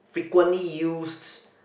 frequently used